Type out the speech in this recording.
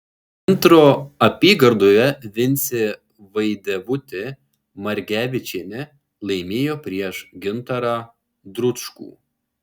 centro apygardoje vincė vaidevutė margevičienė laimėjo prieš gintarą dručkų